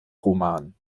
roman